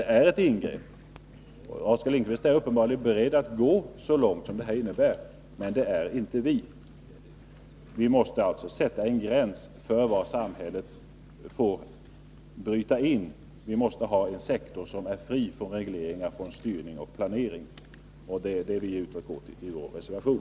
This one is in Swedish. Oskar Lindkvist är uppenbarligen beredd att gå så långt som detta ingrepp ger utrymme för, men det är inte vi. Vi måste sätta en gräns för var samhället får bryta in. Vi måste ha en sektor som är fri från regleringar, styrning och planering. Det är detta som vi har givit uttryck för i vår reservation.